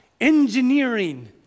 engineering